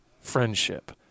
friendship